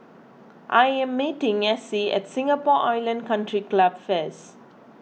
I am meeting Essie at Singapore Island Country Club first